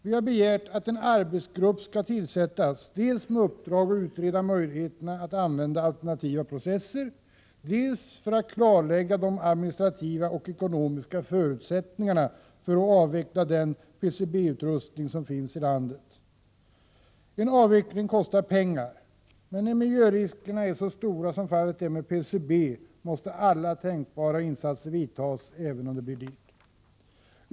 Vi har begärt att en arbetsgrupp skall tillsättas dels med uppdrag att utreda möjligheterna att använda alternativa processer, dels för att klarlägga de administrativa och ekonomiska förutsättningarna för att avveckla den PCB-utrustning som finns i landet. En avveckling kostar pengar, men när miljöriskerna är så stora som fallet är med PCB måste alla tänkbara insatser göras, även om det blir dyrt.